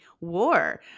war